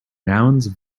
nouns